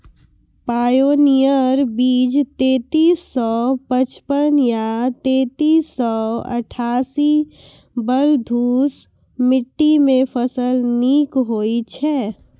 Pioneer बीज तेंतीस सौ पचपन या तेंतीस सौ अट्ठासी बलधुस मिट्टी मे फसल निक होई छै?